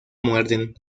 muerden